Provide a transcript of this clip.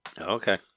Okay